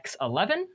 X11